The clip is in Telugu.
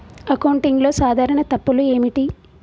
అకౌంటింగ్లో సాధారణ తప్పులు ఏమిటి?